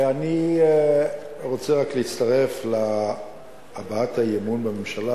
אני רוצה להצטרף להבעת האי-אמון בממשלה